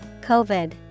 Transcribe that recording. COVID